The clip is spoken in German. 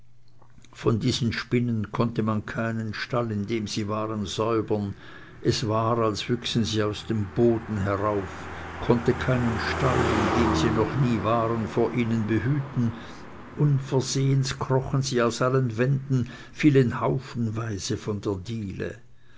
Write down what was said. von diesen spinnen konnte man keinen stall in dem sie waren säubern es war als wüchsen sie aus dem boden herauf konnte keinen stall in dem sie noch nicht waren vor ihnen behüten unversehens krochen sie aus allen wänden fielen haufenweise von der diele